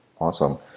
Awesome